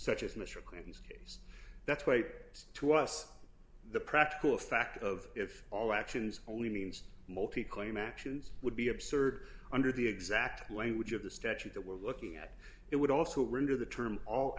such as mr clinton's case that's wait to us the practical fact of if all actions only means multi column actions would be absurd under the exact language of the statute that we're looking at it would also render the